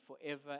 forever